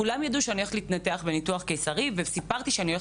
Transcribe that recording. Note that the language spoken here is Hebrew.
כולם ידעו שאני הולכת לעבור ניתוח קיסרי צרפתי.